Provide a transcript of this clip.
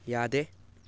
ꯌꯥꯗꯦ